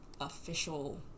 official